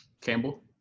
Campbell